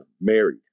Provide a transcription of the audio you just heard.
married